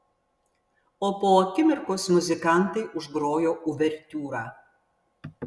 o po akimirkos muzikantai užgrojo uvertiūrą